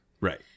Right